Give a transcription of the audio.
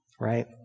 right